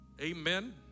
amen